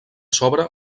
sobre